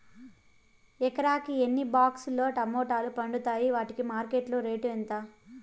ఎకరాకి ఎన్ని బాక్స్ లు టమోటాలు పండుతాయి వాటికి మార్కెట్లో రేటు ఎంత?